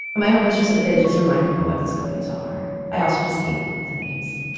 my hope was just that they just remind people what these companies are. i also just hate the names.